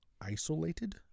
isolated